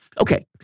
okay